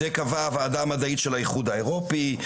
את זה קבעה הוועדה המדעית של האיחוד האירופאי,